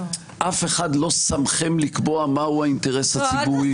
אף אחד לא שמכם לקבוע מהו האינטרס הציבורי.